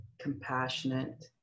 compassionate